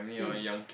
eh